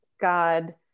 god